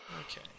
Okay